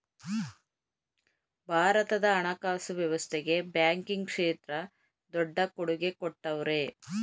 ಭಾರತದ ಹಣಕಾಸು ವ್ಯವಸ್ಥೆಗೆ ಬ್ಯಾಂಕಿಂಗ್ ಕ್ಷೇತ್ರ ದೊಡ್ಡ ಕೊಡುಗೆ ಕೊಟ್ಟವ್ರೆ